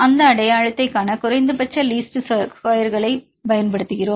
அந்த அடையாளத்தைக் காண குறைந்தபட்ச லீஸ்ட் ஸ்கொயர் கொள்கையைப் பயன்படுத்துகிறோம்